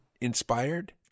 inspired